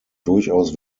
durchaus